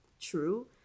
True